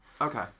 Okay